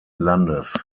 landes